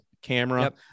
camera